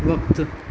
वक़्तु